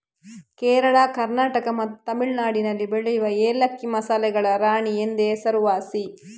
ಕೇರಳ, ಕರ್ನಾಟಕ ಮತ್ತೆ ತಮಿಳುನಾಡಿನಲ್ಲಿ ಬೆಳೆಯುವ ಏಲಕ್ಕಿ ಮಸಾಲೆಗಳ ರಾಣಿ ಎಂದೇ ಹೆಸರುವಾಸಿ